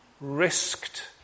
risked